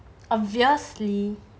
obviously